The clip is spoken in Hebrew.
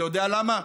אתה יודע למה?